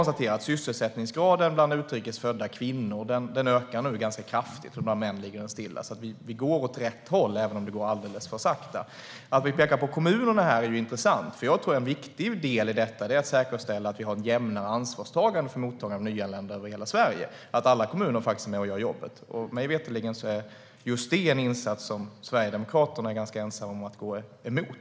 Sysselsättningsgraden bland utrikes födda kvinnor ökar nu ganska kraftigt, och bland män ligger den stilla. Det går alltså åt rätt håll, även om det går alldeles för sakta. Det är intressant att det pekas på kommunerna. Jag tror nämligen att en viktig del i detta är att säkerställa att vi har ett jämnare ansvarstagande för mottagande av nyanlända över hela Sverige, att alla kommuner är med och gör jobbet. Mig veterligen är just det en insats som Sverigedemokraterna är ganska ensamma om att gå emot.